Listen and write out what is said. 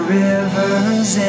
river's